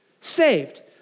saved